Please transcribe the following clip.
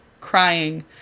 crying